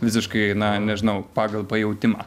visiškai na nežinau pagal pajautimą